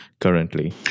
currently